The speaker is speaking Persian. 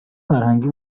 فرهنگی